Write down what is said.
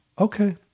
Okay